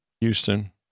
Houston